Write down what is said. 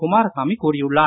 குமாரசாமி கூறியுள்ளார்